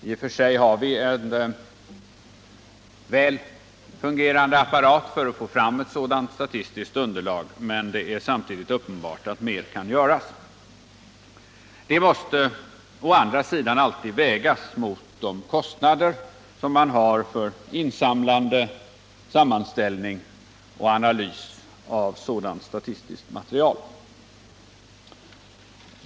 I och för sig har vi en väl fungerande apparat för att få fram ett sådant statistiskt underlag, men det är samtidigt uppenbart att mer kan göras. Det måste å andra sidan alltid vägas mot de kostnader man har för insamlande, sammanställning och analys av sådant statistiskt material.